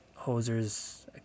Hoser's